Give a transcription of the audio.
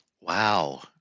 Wow